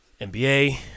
NBA